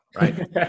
right